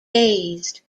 dazed